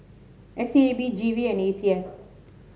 S E A B G V and A C S